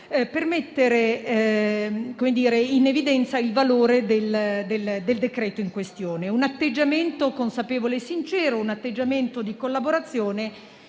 per mettere in evidenza il valore del decreto in questione: un atteggiamento consapevole e sincero, un atteggiamento di collaborazione